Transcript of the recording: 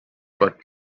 but